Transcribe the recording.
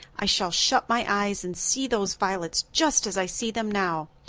i shall shut my eyes and see those violets just as i see them now.